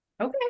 okay